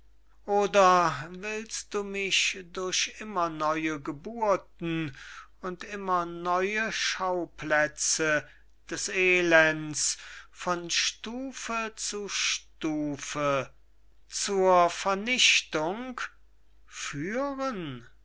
oder willst du mich durch immer neue geburten und immer neue schauplätze des elends von stufe zu stufe zur vernichtung führen